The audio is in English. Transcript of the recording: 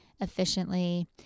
efficiently